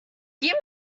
give